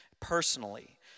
personally